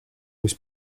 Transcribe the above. was